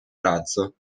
razzo